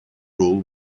rule